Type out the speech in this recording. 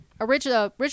original